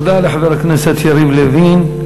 תודה לחבר הכנסת יריב לוין.